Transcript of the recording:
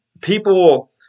people